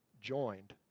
joined